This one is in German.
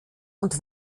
und